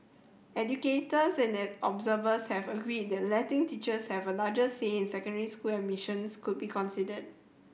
educators and the observers here agreed that letting teachers have a larger say in secondary school admissions could be considered